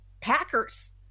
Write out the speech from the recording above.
packers